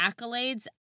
accolades